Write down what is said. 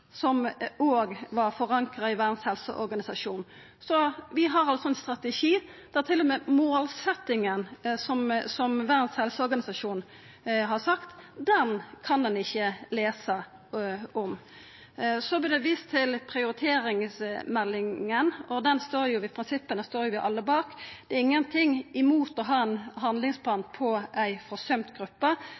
som òg var forankra i Verdas helseorganisasjon. Vi har altså ein strategi der heller ikkje målsetjinga som Verdas helseorganisasjon har sett, er med. Så vert det vist til prioriteringsmeldinga. Dei prinsippa står vi alle bak. Det er ingenting som går imot å ha ein handlingsplan for ei forsømt gruppe